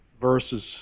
verses